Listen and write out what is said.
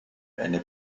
eine